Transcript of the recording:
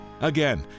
Again